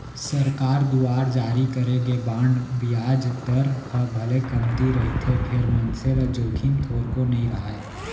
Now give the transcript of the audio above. सरकार दुवार जारी करे गे बांड म बियाज दर ह भले कमती रहिथे फेर मनसे ल जोखिम थोरको नइ राहय